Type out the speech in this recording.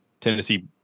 Tennessee